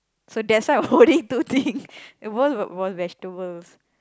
so that's why I'm holding two thing both was vegetables